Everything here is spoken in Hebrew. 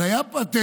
אז היה פטנט